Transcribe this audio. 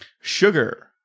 Sugar